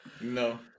No